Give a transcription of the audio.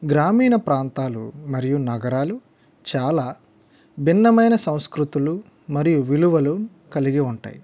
గ్రామీణ ప్రాంతాలు మరియు నగరాలు చాలా భిన్నమైన సంస్కృతులు మరియు విలువలు కలిగి ఉంటాయి